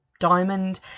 Diamond